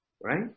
right